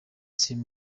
same